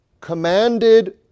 commanded